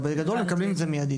אבל בגדול הם מקבלים את זה מיידית.